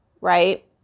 right